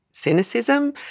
cynicism